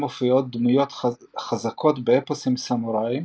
מופיעות דמויות חזקות באפוסים סמוראיים,